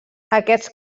aquests